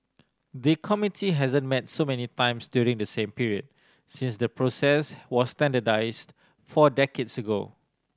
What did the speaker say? the committee hasn't met so many times during the same period since the process was standardised four decades ago